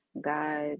God